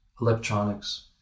electronics